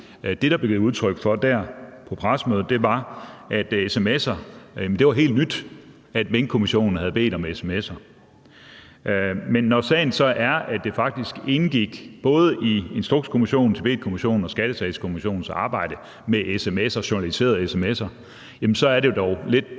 Det, der blev givet udtryk for på pressemødet, var, at det var helt nyt, at Minkkommissionen havde bedt om sms'er. Men når sagen så er, at der faktisk i både Instrukskommissionens, Tibetkommissionens og Skattesagskommissionens arbejde indgik journaliserede sms'er, er det da lidt